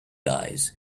guys